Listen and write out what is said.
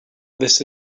this